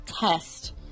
test